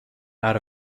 out